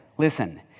Listen